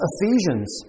Ephesians